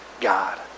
God